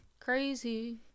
Crazy